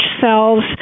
cells